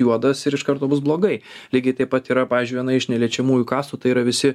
juodas ir iš karto bus blogai lygiai taip pat yra pavyzdžiui viena iš neliečiamųjų kastų tai yra visi